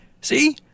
See